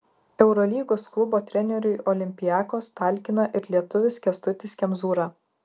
eurolygos klubo treneriui olympiakos talkina ir lietuvis kęstutis kemzūra